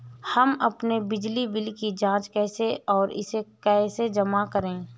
हम अपने बिजली बिल की जाँच कैसे और इसे कैसे जमा करें?